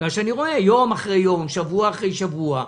מכיוון שאני רואה יום אחרי יום ושבוע אחרי שבוע,